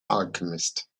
alchemist